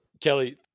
Kelly